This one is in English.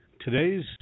Today's